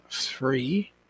three